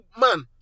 man